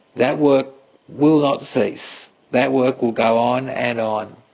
that work will not cease. that work will go on and on.